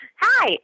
hi